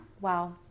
wow